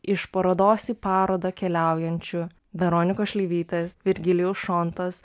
iš parodos į parodą keliaujančių veronikos šleivytės virgilijaus šontos